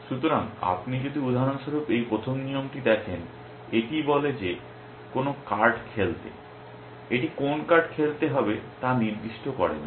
সুতরাং আপনি যদি উদাহরণস্বরূপ এই প্রথম নিয়মটি দেখেন এটি বলে যে কোনও কার্ড খেলতে এটি কোন কার্ড খেলতে হবে তা নির্দিষ্ট করে না